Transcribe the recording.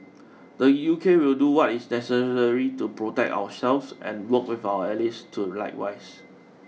the U K will do what is necessary to protect ourselves and work with our allies to likewise